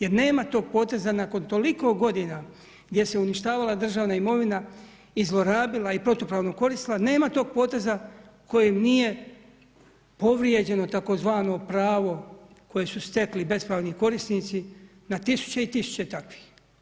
Jer nema tog poteza, nakon toliko g. gdje se uništavala državna imovina i zlorabila i protupravno koristila, nema tog poteza kojim nije povrijeđeno tzv. pravo koje su stakli bespravni korisnici na tisuće i tisuće takvih.